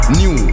new